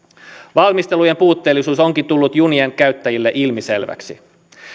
valmistelujen puutteellisuus onkin tullut junien käyttäjille ilmiselväksi